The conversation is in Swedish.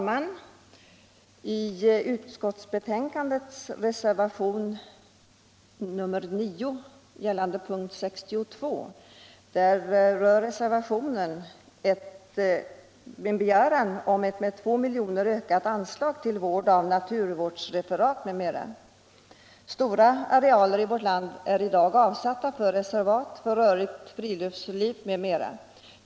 Fru talman! Reservationen 9 vid punkten 62 i utskottsbetänkandet innehåller en begäran om ett med 2 milj.kr. ökat anslag till vård av naturreservat m.m. Stora arealer i vårt land är i dag avsatta till reservat för rörligt friluftsliv m.m.